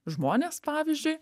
žmonės pavyzdžiui